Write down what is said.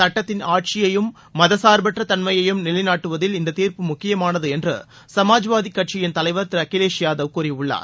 சுட்டத்தின் ஆட்சியையும் மதச்சார்பற்ற தன்மையையும் நிலைநாட்டுவதில் இந்தத் தீர்ப்பு முக்கியமானது என்று சுமாஜ்வாதிக் கட்சியின் தலைவர் திரு அகிலேஷ் யாதவ் கூறியுள்ளார்